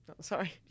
Sorry